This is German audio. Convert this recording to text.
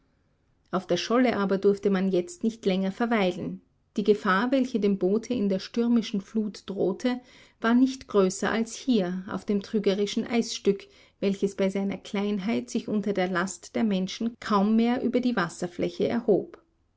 auf der scholle aber durfte man jetzt nicht länger verweilen die gefahr welche dem boote in der stürmischen flut drohte war nicht größer als hier auf dem trügerischen eisstück welches bei seiner kleinheit sich unter der last der menschen kaum mehr über die wasserfläche erhob